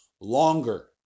longer